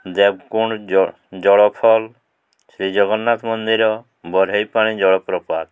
ଦେବକୁଣ୍ଡ ଜଳ ଫଲ୍ ଶ୍ରୀଜଗନ୍ନାଥ ମନ୍ଦିର ବରେହି ପାଣି ଜଳପ୍ରପାତ